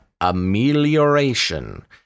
amelioration